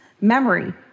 memory